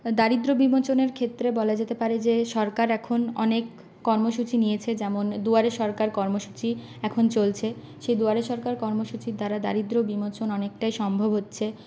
দারিদ্র্য বিমোচনের ক্ষেত্রে বলা যেতে পারে যে সরকার এখন অনেক কর্মসূচি নিয়েছে যেমন দুয়ারে সরকার কর্মসূচি এখন চলছে সেই দুয়ারে সরকার কর্মসূচির দ্বারা দারিদ্র্য বিমোচন অনেকটাই সম্ভব হচ্ছে